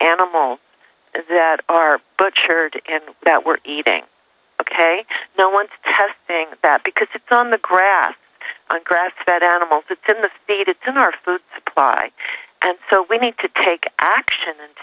animal that are butchered and that we're eating ok no one's testing that because it's on the grass on grass fed animals to ten the state it does our food supply and so we need to take action and